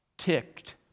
ticked